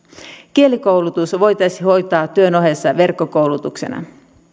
kielikoulutus voitaisiin hoitaa työn ohessa verkkokoulutuksena